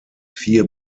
vier